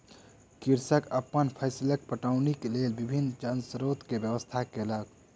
कृषक अपन फसीलक पटौनीक लेल विभिन्न जल स्रोत के व्यवस्था केलक